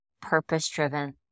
purpose-driven